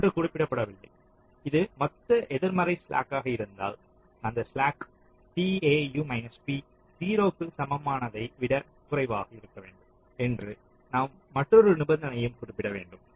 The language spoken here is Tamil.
ஒன்று குறிப்பிடப்படல்லை இது மொத்த எதிர்மறை ஸ்லாக் ஆக இருந்தால் அந்த ஸ்லாக் tau p 0 க்கு சமமானதை விட குறைவாக இருக்க வேண்டும் என்று நாம் மற்றொரு நிபந்தனையையும் குறிப்பிட வேண்டும்